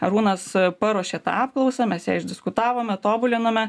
arūnas paruošė tą apklausą mes ją išdiskutavome tobulinome